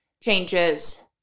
changes